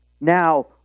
Now